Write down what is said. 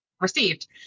received